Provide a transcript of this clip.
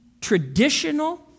traditional